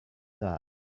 die